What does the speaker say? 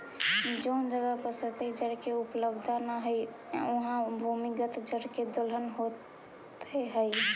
जउन जगह पर सतही जल के उपलब्धता न हई, उहाँ भूमिगत जल के दोहन होइत हई